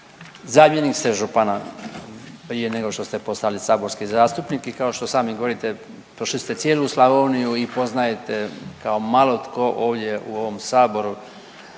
Zamjenik ste župana prije nego što ste postali saborski zastupnik i kao što sami govorite, prošli ste cijelu Slavoniju i poznajete kao malo tko ovdje u ovom Saboru